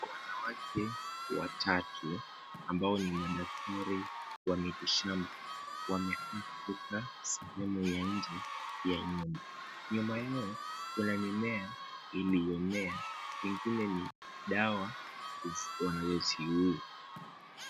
Wanawake watatu ambao ni madaktari wa miti shamba wamekaa sehemu ya nje ya nyumba. Nyuma yao kuna mimea iliyomea nyingine ni dawa wanazoziuza.